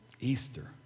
Easter